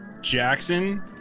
Jackson